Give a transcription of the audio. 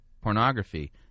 pornography